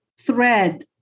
thread